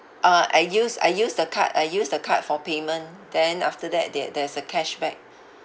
uh I use I use the card I use the card for payment then after that there there's a cashback